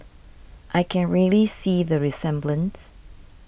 I can really see the resemblance